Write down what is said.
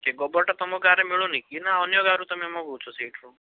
ସେ ଗୋବରଟା ତମ ଗାଁରେ ମିଳୁନି କି ନା ଅନ୍ୟ ଗାଁରୁ ତମେ ମଗାଉଛ ସେଇଠୁ